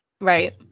Right